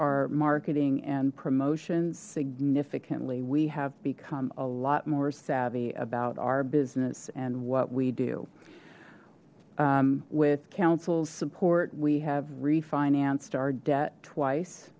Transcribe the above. our marketing and promotions significantly we have become a lot more savvy about our business and what we do with councils support we have refinanced our debt twice